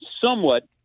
somewhat